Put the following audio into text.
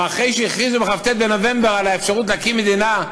או אחרי שהכריזו בכ"ט בנובמבר על האפשרות להקים מדינה,